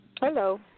Hello